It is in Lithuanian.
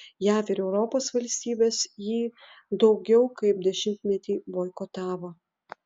jav ir europos valstybės jį daugiau kaip dešimtmetį boikotavo